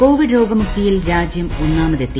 Covid രോശ്മുക്തിയിൽ രാജ്യം ഒന്നാമതെത്തി